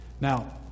Now